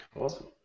Awesome